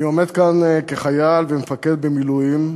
אני עומד כאן כחייל ומפקד במילואים,